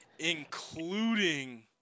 including